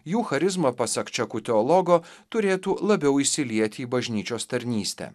jų charizmą pasak čekų teologo turėtų labiau įsilieti į bažnyčios tarnystę